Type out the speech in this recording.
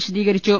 വിശദീകരിച്ചു